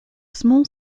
small